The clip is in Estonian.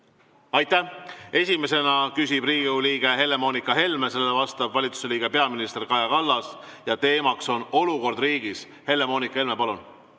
Aitäh! Esimesena küsib Riigikogu liige Helle-Moonika Helme, talle vastab valitsuse liige peaminister Kaja Kallas ja teema on olukord riigis. Helle‑Moonika Helme, palun!